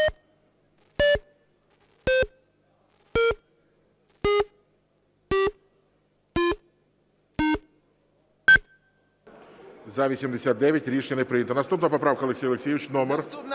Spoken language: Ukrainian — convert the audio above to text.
За-89 Рішення не прийнято. Наступна поправка, Олексій Олексійович,